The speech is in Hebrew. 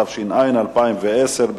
התש"ע 2010. ההצעה